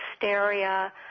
hysteria